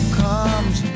comes